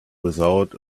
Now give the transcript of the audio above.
without